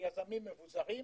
ליזמים מבוזרים,